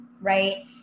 right